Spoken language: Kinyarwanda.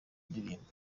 ndirimbo